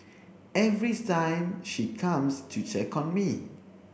every time she comes to check on me